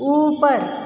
ऊपर